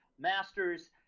masters